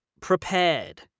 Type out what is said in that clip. prepared